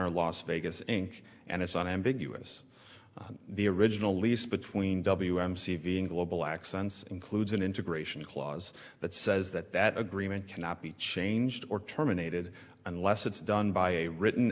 our last vegas and and it's not ambiguous the original lease between w m c being global accents includes an integration clause that says that that agreement cannot be changed or terminated unless it's done by a written